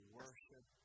worship